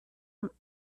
morgue